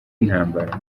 intambara